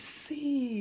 see